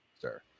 sir